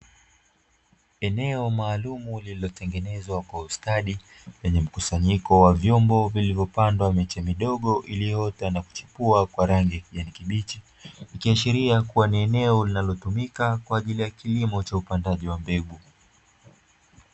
Eneo maalumu lililotengenezwa kwa ustadi lenye mkusanyiko wa vyombo vilivyopandwa miche midogo iloyoota na kuchipua Kwa rangi ya kijani kibichi, ikiashiria kuwa ni eneo linalotumika kwa ajili ya kilimo cha upandaji wa mbegu.